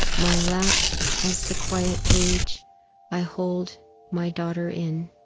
my lap as the quiet page i hold my daughter in.